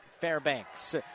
Fairbanks